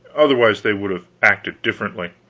otherwise they would have acted differently.